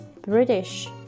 British